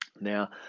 Now